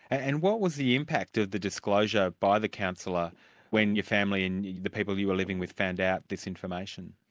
and what was the impact of the disclosure by the counsellor when your family and the people you were living with found out this information?